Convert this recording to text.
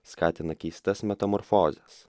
skatina keistas metamorfozes